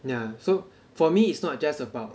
ya so for me it's not just about